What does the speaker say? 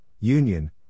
union